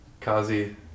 Kazi